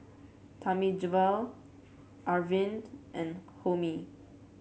Thamizhavel Arvind and Homi